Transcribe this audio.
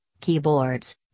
keyboards